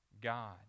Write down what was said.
God